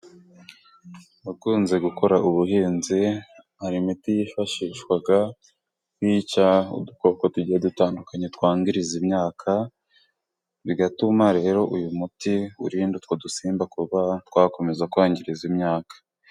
Abakunze gukora ubuhinzi, hari imiti yifashishwa yica udukoko tugiye dutandukanye twangiriza imyaka, bigatuma rero uyu muti urinda utwo dusimba, kuba twakomeza kwangiriza imyaka.